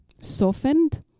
softened